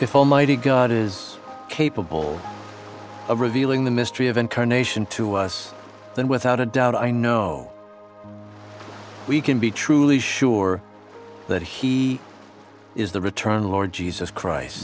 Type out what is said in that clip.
if almighty god is capable of revealing the mystery of incarnation to us then without a doubt i know we can be truly sure that he is the return of lord jesus christ